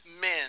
men